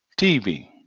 TV